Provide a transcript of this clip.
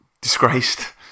Disgraced